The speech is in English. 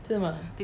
真的吗